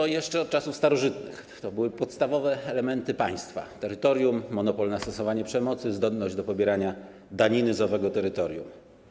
Bo jeszcze od czasów starożytnych to były podstawowe elementy państwa: terytorium, monopol na stosowanie przemocy, zdolność do pobierania daniny z owego terytorium.